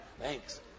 Thanks